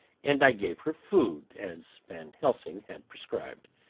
and i gave her food, as van helsing had prescribed.